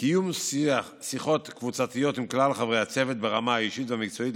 קיום שיחות קבוצתיות עם כלל חברי הצוות ברמה האישית והמקצועית,